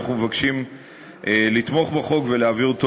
אנחנו מבקשים לתמוך בחוק ולהעביר אותו